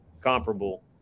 comparable